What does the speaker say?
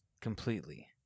completely